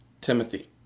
Timothy